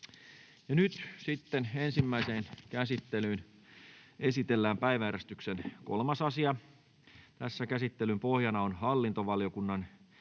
Ensimmäiseen käsittelyyn esitellään päiväjärjestyksen 3. asia. Käsittelyn pohjana on hallintovaliokunnan